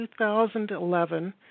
2011